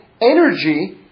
energy